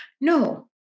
No